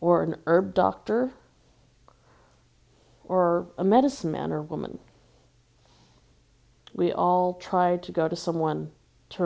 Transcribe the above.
or an herb doctor or a medicine man or woman we all tried to go to someone to